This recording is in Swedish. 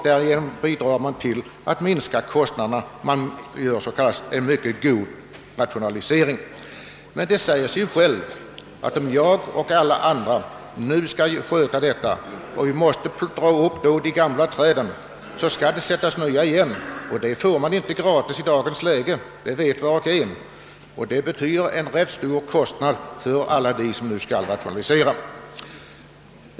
Därigenom minskas kostnaderna, och det sker en mycket god rationalisering. Men om en fruktodlare alltså skall dra upp de gamla träden, och sätta nya igen, så betyder det rätt stora utgifter för honom.